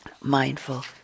mindful